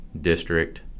district